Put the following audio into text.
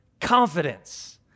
confidence